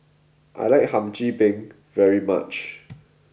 I like Hum Chim Peng very much